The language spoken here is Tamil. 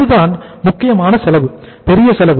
இதுதான் முக்கியமான செலவு பெரிய செலவு